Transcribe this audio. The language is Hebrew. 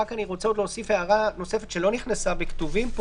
אני רוצה להוסיף הערה שלא נמצאת בכתובים,